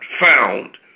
found